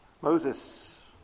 Moses